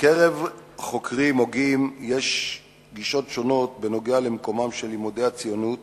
בקרב חוקרים הוגים יש גישות שונות בנוגע למקומם של לימודי הציונות